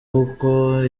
uko